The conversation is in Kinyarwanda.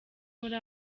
muri